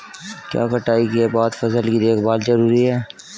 क्या कटाई के बाद फसल की देखभाल जरूरी है?